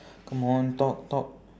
come on talk talk